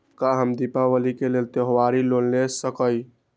का हम दीपावली के लेल त्योहारी लोन ले सकई?